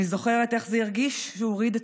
אני זוכרת איך זה הרגיש שהוא הוריד את